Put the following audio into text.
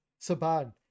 Saban